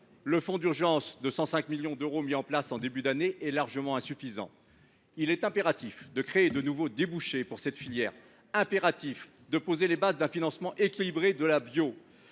Le fonds d’urgence de 105 millions d’euros mis en place en début d’année est largement insuffisant. Il est impératif de créer de nouveaux débouchés pour cette filière, impératif de poser les bases d’un financement équilibré de la bio